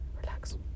relax